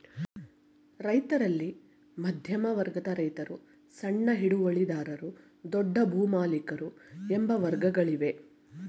ರೈತರಲ್ಲಿ ಮಧ್ಯಮ ವರ್ಗದ ರೈತರು, ಸಣ್ಣ ಹಿಡುವಳಿದಾರರು, ದೊಡ್ಡ ಭೂಮಾಲಿಕರು ಎಂಬ ವರ್ಗಗಳಿವೆ